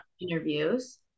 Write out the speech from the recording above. interviews